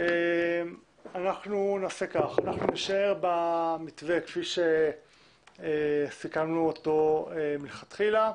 אנחנו נישאר במתווה כפי שסיכמנו אותו מלכתחילה.